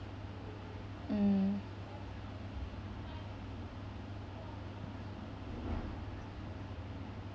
mm